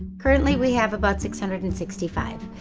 currently, we have about six hundred and sixty five.